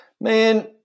Man